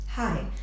Hi